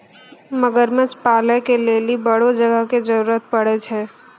मगरमच्छ पालै के लेली बड़ो जगह के जरुरत पड़ै छै